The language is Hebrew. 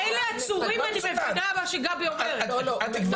מילא, עצורים, כפי שגבי אומרת, אני מבינה.